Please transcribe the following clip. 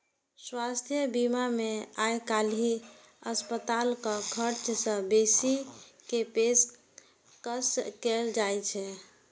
स्वास्थ्य बीमा मे आइकाल्हि अस्पतालक खर्च सं बेसी के पेशकश कैल जाइ छै